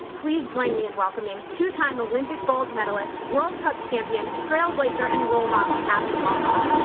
please join me in welcoming two time olympic gold medalist, world cup champion, trailblazer and role model, abby wambach.